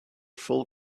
full